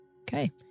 Okay